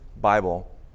Bible